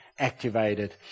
Activated